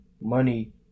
money